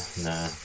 nah